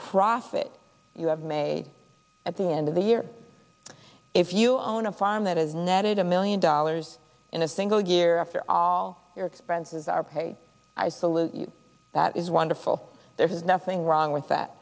profit you have made at the end of the year if you own a farm that has netted a million dollars in a single year after all your expenses are paid i salute you that is wonderful there's nothing wrong with that